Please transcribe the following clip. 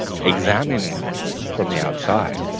examining it from the outside,